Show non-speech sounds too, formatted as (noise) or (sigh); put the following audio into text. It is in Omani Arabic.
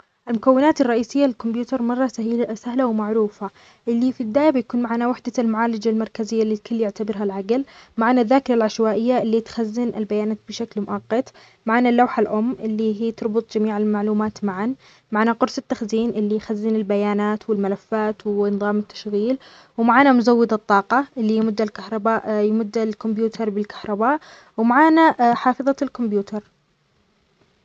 المكونات الرئيسية للكمبيوتر مره سهيل-سهلة ومعروفة. اللي في الداية بيكون معانا وحدة المعالجة المركزية اللي كل يعتبرها العقل. معانا الذاكرة العشوائية اللي تخزن البيانات بشكل مؤقت. معانا اللوحة الأم اللي هي تربط جميع المعلومات معاً. معانا قرص التخزين اللي يخزن البيانات والملفات ونظام التشغيل. ومعانا مزود الطاقة اللي يمد الكهرباء- يمد الكمبيوتر بالكهرباء. ومعانا (hesitation) حافظة الكمبيوتر.